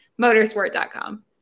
Motorsport.com